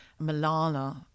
Malala